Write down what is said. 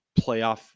playoff